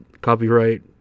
copyright